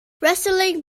wrestling